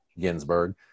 Ginsburg